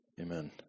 Amen